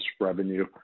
revenue